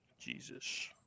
Jesus